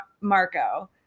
Marco